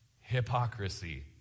Hypocrisy